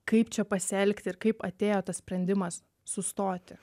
kaip čia pasielgti ir kaip atėjo tas sprendimas sustoti